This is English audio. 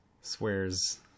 Swears